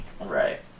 Right